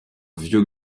vieux